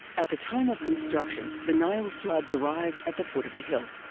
at the time of construction, the nile floods arrived at the foot of the hill.